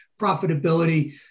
profitability